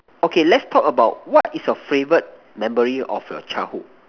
okay let's talk about what is your favorite memory of your childhood